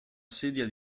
sedia